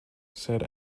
said